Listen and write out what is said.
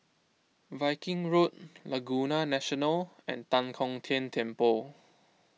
Viking Road Laguna National and Tan Kong Tian Temple